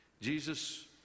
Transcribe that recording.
Jesus